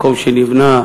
מקום שלא נבנה